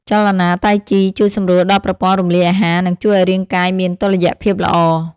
ចលនាតៃជីជួយសម្រួលដល់ប្រព័ន្ធរំលាយអាហារ និងជួយឱ្យរាងកាយមានតុល្យភាពល្អ។